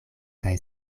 kaj